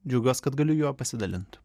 džiaugiuos kad galiu juo pasidalint